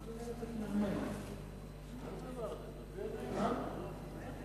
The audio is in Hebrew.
ההצעה להעביר את הצעת חוק השקעות משותפות בנאמנות (תיקון מס'